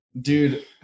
dude